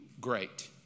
great